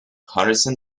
harrison